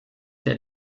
der